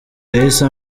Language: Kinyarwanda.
yahise